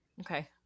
Okay